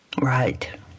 Right